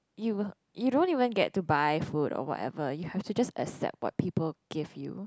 you you don't even get to buy food or whatever you have to just accept what people give you